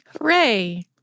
Hooray